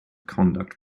conduct